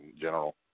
general